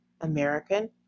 American